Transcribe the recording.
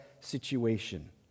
situation